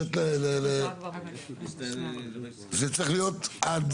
זה צריך להיות עד